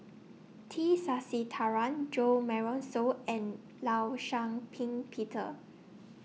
T Sasitharan Jo Marion Seow and law Shau Ping Peter